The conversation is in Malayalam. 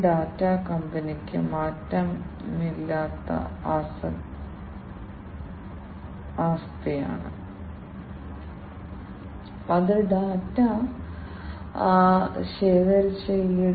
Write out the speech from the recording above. കൂടാതെ കാലിബ്രേഷൻ ചെയ്യാൻ പോകുന്ന ഏതെങ്കിലും തരത്തിലുള്ള സ്റ്റാൻഡേർഡ് റഫറൻസും ആവശ്യമാണ്